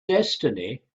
destiny